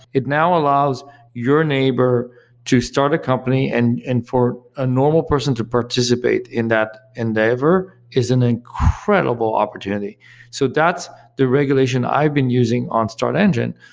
it now allows your neighbor to start a company and and for a normal person to participate in that endeavor is an incredible opportunity so that's the regulation i've been using on startengine,